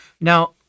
Now